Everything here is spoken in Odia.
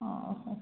ହଁ ହଁ